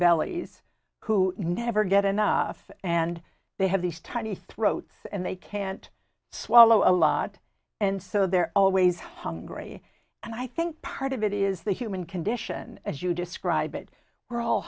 bellies who never get enough and they have these tiny throats and they can't swallow a lot and so they're always hungry and i think part of it is the human condition as you describe it we're all